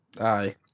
Aye